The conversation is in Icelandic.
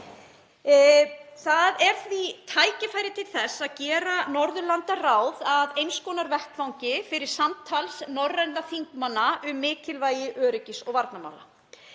Það er því tækifæri til þess að gera Norðurlandaráð að eins konar vettvangi fyrir samtal norrænna þingmanna um mikilvægi öryggis- og varnarmála.